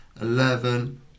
eleven